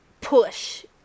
push